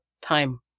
time